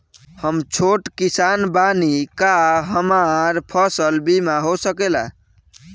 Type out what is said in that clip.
हम छोट किसान बानी का हमरा फसल बीमा हो सकेला?